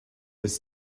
was